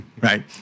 Right